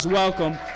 welcome